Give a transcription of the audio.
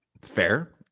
Fair